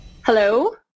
Hello